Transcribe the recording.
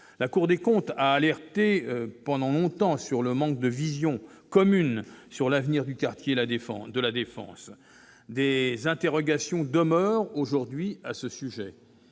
La Cour des comptes a alerté pendant longtemps sur le manque de vision commune concernant l'avenir du quartier de La Défense. Des interrogations demeurent aujourd'hui à ce sujet.